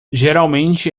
geralmente